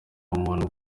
muntu